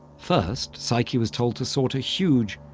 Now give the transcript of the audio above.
first, psyche was told to sort a huge,